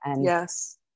Yes